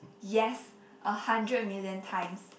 yes a hundred million times